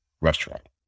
restaurant